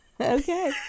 Okay